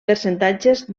percentatges